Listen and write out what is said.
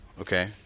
Okay